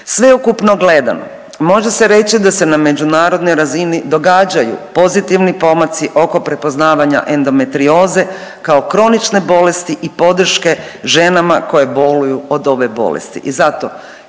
Sveukupno gledano može se reći da se na međunarodnoj razini događaju pozitivni pomaci oko prepoznavanja endometrioze kao kronične bolesti i podrške ženama koje boluju od ove bolesti